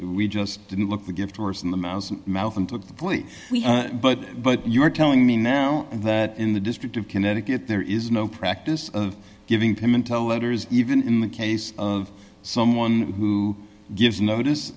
we just didn't look the gift horse in the mouse mouth and took the boy but but you're telling me now that in the district of connecticut there is no practice of giving him until letters even in the case of someone who gives